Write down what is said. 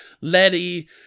Letty